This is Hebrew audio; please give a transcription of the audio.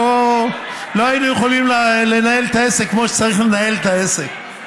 לא היינו יכולים לנהל את העסק כמו שצריך לנהל את העסק.